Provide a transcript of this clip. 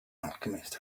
alchemist